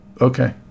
okay